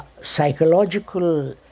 psychological